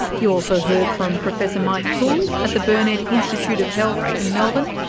you also heard from professor mike toole at the burnet institute of health in melbourne,